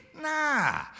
Nah